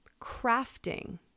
crafting